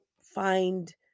find